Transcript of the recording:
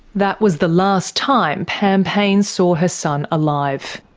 that was the last time pam payne saw her son alive.